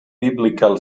biblical